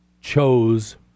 chose